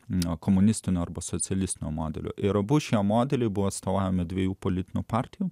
nuo komunistinio arba socialistinio modelio ir abu šie modeliai buvo atstovaujami dviejų politinių partijų